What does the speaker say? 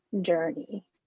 journey